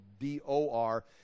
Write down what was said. D-O-R